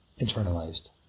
internalized